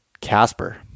Casper